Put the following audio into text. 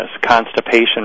Constipation